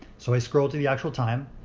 so i scroll to the actual time,